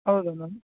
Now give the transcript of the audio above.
ಹೌದಾ ಮ್ಯಾಮ್